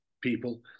people